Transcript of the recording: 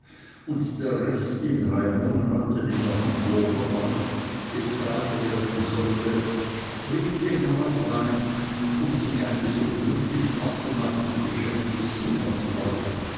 und der rest in drei monaten in der hamburger bank gezahlt werden sollte rief jener nach wein um sich eines so glücklich abgemachten geschäfts zu erfreuen